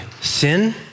sin